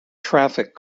traffic